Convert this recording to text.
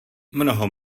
mnoho